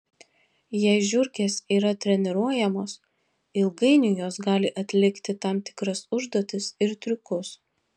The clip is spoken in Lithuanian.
jei žiurkės yra treniruojamos ilgainiui jos gali atlikti tam tikras užduotis ir triukus